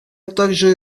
также